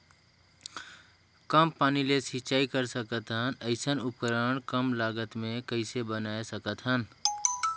कम पानी ले सिंचाई कर सकथन अइसने उपकरण कम लागत मे कइसे बनाय सकत हन?